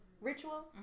ritual